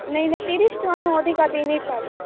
ନାଇଁ ନା ତିରିଶ ଟଆଁନୁ ଅଧିକ୍ ଦେଇ ନେଇଁ ପାରେଁ